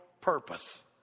purpose